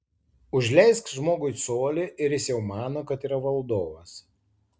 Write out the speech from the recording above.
užleisk žmogui colį ir jis jau mano kad yra valdovas